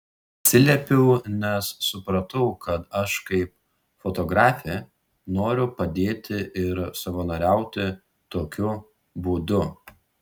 atsiliepiau nes supratau kad aš kaip fotografė noriu padėti ir savanoriauti tokiu būdu